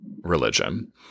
religion